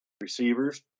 receivers